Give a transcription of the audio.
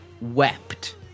wept